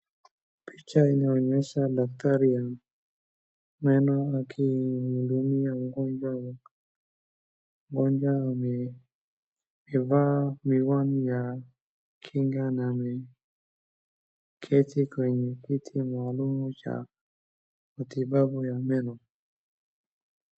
Picha inaonyesha daktari wa meno akimhudumia mgonjwa mwenye amevaa miwani ya kinga na ameketi kwenye kiti maalum cha matibabu ya meno.